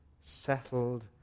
settled